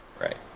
Right